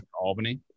Albany